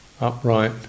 upright